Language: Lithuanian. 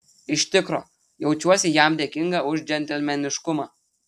iš tikro jaučiuosi jam dėkinga už džentelmeniškumą